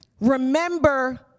remember